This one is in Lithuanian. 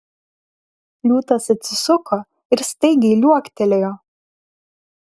liūtas atsisuko ir staigiai liuoktelėjo